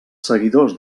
seguidors